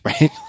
right